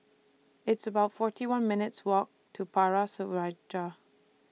It's about forty one minutes' Walk to Power